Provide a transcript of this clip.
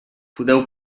podeu